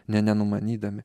nė nenumanydami